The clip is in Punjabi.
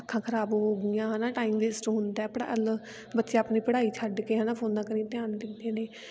ਅੱਖਾਂ ਖਰਾਬ ਹੋ ਗਈਆਂ ਹੈ ਨਾ ਟਾਈਮ ਵੇਸਟ ਹੁੰਦਾ ਪੜਾ ਲ ਬੱਚੇ ਆਪਣੀ ਪੜ੍ਹਾਈ ਛੱਡ ਕੇ ਹੈ ਨਾ ਫੋਨਾਂ ਕਨੀ ਧਿਆਨ ਦਿੰਦੇ ਨੇ